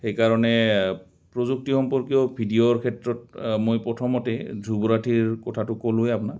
সেইকাৰণে প্ৰযুক্তি সম্পৰ্কীয় ভিডিঅ'ৰ ক্ষেত্ৰত মই প্ৰথমতে ধ্ৰুৱ ৰাঠিৰ কথাটো ক'লোৱে আপোনাৰ